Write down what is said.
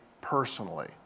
personally